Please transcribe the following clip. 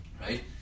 Right